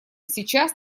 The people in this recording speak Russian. сейчас